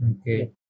okay